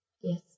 Yes